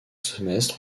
semestre